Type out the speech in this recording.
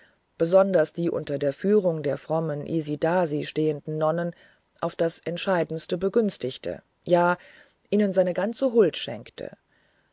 besonders die unter der führung der frommen isidasi stehenden nonnen auf das entschiedenste begünstigte ja ihnen seine ganze huld schenkte